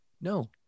no